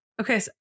Okay